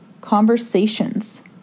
conversations